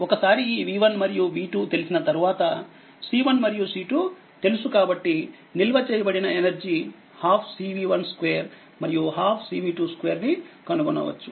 ఒకసారిఈ v1మరియుv2తెలిసిన తర్వాత C1 మరియు C2 తెలుసుకాబట్టి నిల్వ చేయబడిన ఎనర్జీ 12CV12మరియు 12 CV22 ని కనుగొనవచ్చు